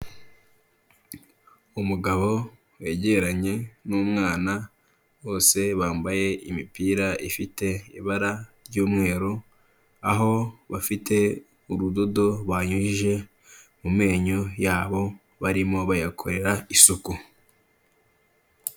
Umugabo wegeranye n'umwana, bose bambaye imipira ifite ibara ry'umweru, aho bafite urudodo banyujije mu menyo yabo, barimo bayakorera isuku.